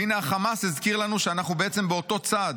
והינה החמאס הזכיר לנו שאנחנו בעצם באותו צד.